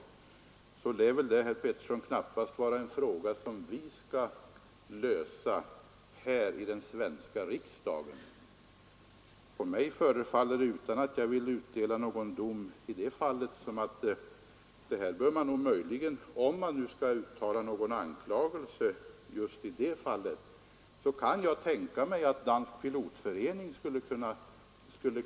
Om sådant förekommit, lär det knappast vara ett problem som vi skall lösa här i den svenska riksdagen. Utan att vilja fälla någon dom i det fallet kan jag tänka mig att man skulle kunna ta kontakt med den danska pilotföreningen.